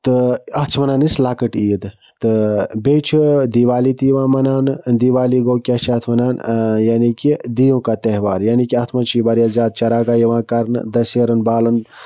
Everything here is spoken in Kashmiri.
تہٕ اَتھ چھِ وَنان أسۍ لۄکٕٹ عیٖد تہٕ بیٚیہِ چھُ دیوالی تہِ یِوان مَناونہٕ دیوالی گوٚو کیٛاہ چھِ اَتھ وَنان یعنی کہِ دیو کا تہوار یعنی کہِ اَتھ مَنٛز چھِ یہِ واریاہ زیادٕ چراگاہ یِوان کَرنہٕ دَسیرَن بالَن